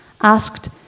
asked